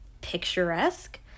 picturesque